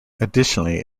additionally